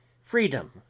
freedom